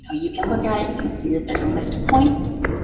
ah you can look at it you can see that there's a list of points,